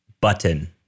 Button